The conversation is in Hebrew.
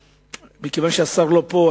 מכיוון שהשר לא פה,